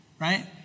right